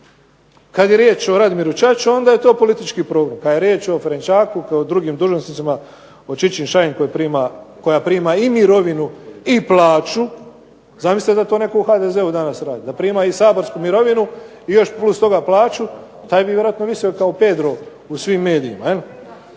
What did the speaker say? kada je riječ o Radimiru Čačiću onda je to politički progon, kada je riječ o Ferenčaku i o drugim dužnosnicima o Čičin-Šajn koja prima i mirovinu i plaću. Zamislite da to netko u HDZ-u radi, da prima i saborsku mirovinu i još plus toga plaću, taj bi vjerojatno visio kao Pedro u svim medijima,